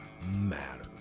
matter